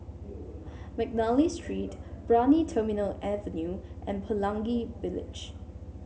McNally Street Brani Terminal Avenue and Pelangi Village